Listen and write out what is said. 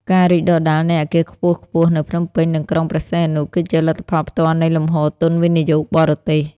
ការរីកដុះដាលនៃអគារខ្ពស់ៗនៅភ្នំពេញ និងក្រុងព្រះសីហនុ គឺជាលទ្ធផលផ្ទាល់នៃលំហូរទុនវិនិយោគបរទេស។